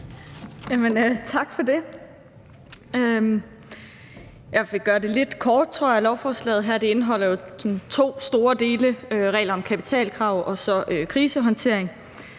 Tak for det. Jeg vil gøre det lidt kort, tror jeg. Lovforslaget her indeholder sådan to store dele: regler om kapitalkrav og så krisehåndtering.